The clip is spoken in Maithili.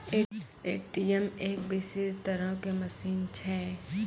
ए.टी.एम एक विशेष तरहो के मशीन छै